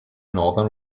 northern